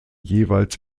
jeweils